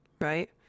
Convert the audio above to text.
Right